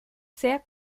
sehr